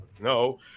no